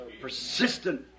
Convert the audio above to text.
Persistent